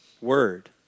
word